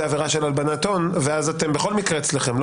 עבירה של הלבנת הון ואז זה בכל מקרה אצלכם,